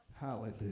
Hallelujah